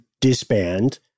disband